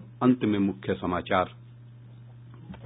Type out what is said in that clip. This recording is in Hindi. और अब अंत में मुख्य समाचार